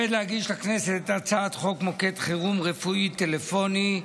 הצעת חוק מוקד חירום רפואי טלפוני,